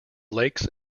lakes